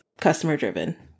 customer-driven